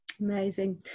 amazing